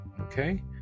okay